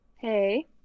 Hey